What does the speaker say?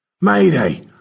Mayday